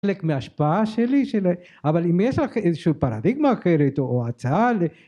מהשפעה שלי של.. אבל אם יש לך איזשהו פרדיגמה אחרת או הצעה